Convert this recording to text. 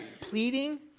pleading